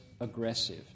aggressive